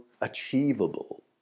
achievable